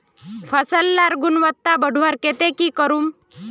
फसल लार गुणवत्ता बढ़वार केते की करूम?